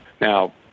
Now